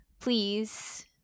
please